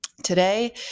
Today